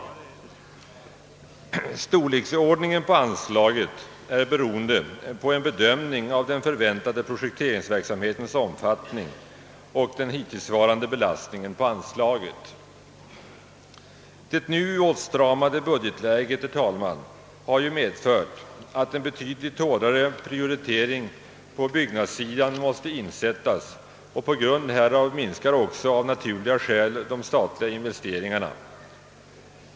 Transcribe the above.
Storleksordningen på anslaget beror på en bedömning av den väntade projekteringsverksamhetens omfattning och den hittillsvarande belastningen på anslaget. Det nu åtstramade budgetläget, herr talman, har medfört att en betydligt hårdare prioritering på byggnads sidan måste göras. På grund härav minskar också av naturliga skäl de statliga investeringarna.